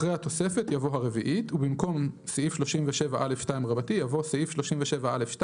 אחרי "התוספת" יבוא "הרביעית" ובמקום "(סעיף 37א2)" יבוא "(סעיף37א2